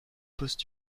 postes